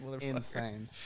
Insane